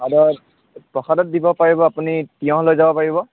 প্ৰসাদত প্ৰসাদত দিব পাৰিব আপুনি তিয়ঁহ লৈ যাব পাৰিব